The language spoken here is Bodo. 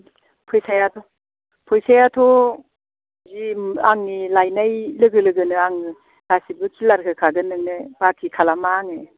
फैसायाथ' जि आंनि लायनाय लोगो लोगोनो आं गासैबो क्लियार होखागोन नोंनो बाखि खालामा आङो